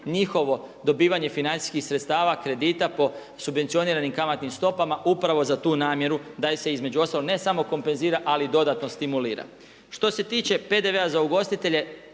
njihovo dobivanje financijskih sredstava kredita po subvencioniranim kamatnim stopama upravo za tu namjeru da se između ostalog ne samo kompenzira ali dodatno stimulira. Što se tiče PDV-a za ugostitelje